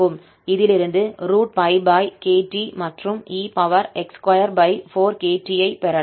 இதிலிருந்து kt மற்றும் e x24kt ஐப் பெறலாம்